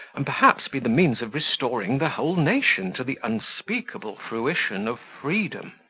and perhaps be the means of restoring the whole nation to the unspeakable fruition of freedom.